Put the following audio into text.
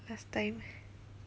last time